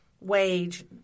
wage